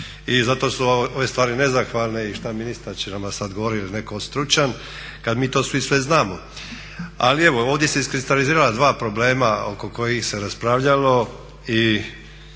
i zato su ove stvari nezahvalne i šta ministar će nam sad govorit ili netko stručan kad mi to svi sve znamo. Ali evo, ovdje su se iskristalizirala dva problema oko kojih se raspravljalo i